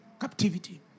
captivity